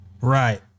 Right